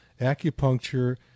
Acupuncture